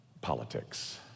politics